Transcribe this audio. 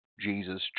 Jesus